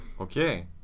Okay